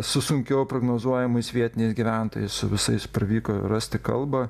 su sunkiau prognozuojamais vietinis gyventojas su visais pravyko rasti kalbą